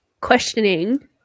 questioning